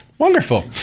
wonderful